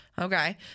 okay